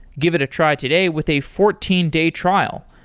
give it a try today with a fourteen day trial.